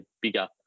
bigger